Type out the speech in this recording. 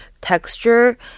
texture